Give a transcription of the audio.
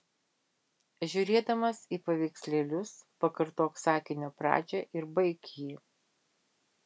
žiūrėdamas į paveikslėlius pakartok sakinio pradžią ir baik jį